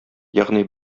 ягъни